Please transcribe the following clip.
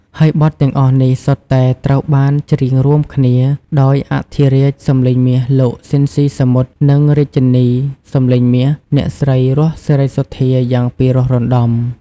ហើយបទទាំងអស់នេះសុទ្ធតែត្រូវបានច្រៀងរួមគ្នាដោយអធិរាជសំឡេងមាស លោក ស៊ីន ស៊ីសាមុត និងរាជិនីសំឡេងមាស អ្នកស្រី រស់ សេរីសុទ្ធាយ៉ាងពីរោះរណ្តំ។